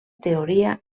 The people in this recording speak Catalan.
teoria